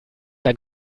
ein